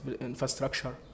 infrastructure